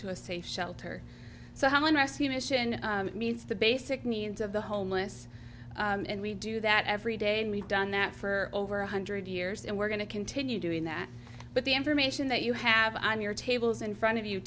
to a safe shelter so how and rescue mission meets the basic needs of the homeless and we do that every day and we've done that for over one hundred years and we're going to continue doing that but the information that you have on your tables in front of you